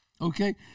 Okay